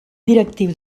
directiu